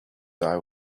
eye